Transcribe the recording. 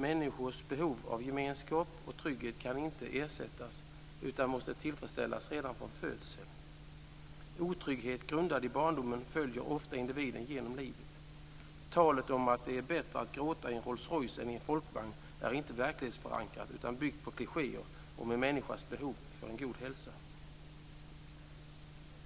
Människors behov av gemenskap och trygghet kan inte ersättas utan måste tillfredsställas redan från födseln. Otrygghet grundad i barndomen följer ofta individen genom livet. Talet om att det är bättre att gråta i en Rolls Royce än i en Folkvagn är inte verklighetsförankrat utan byggt på klichéer om en människas behov för en god hälsa.